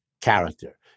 character